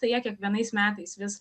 tai jie kiekvienais metais vis